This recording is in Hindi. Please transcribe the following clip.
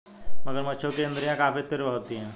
मगरमच्छों की इंद्रियाँ काफी तीव्र होती हैं